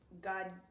God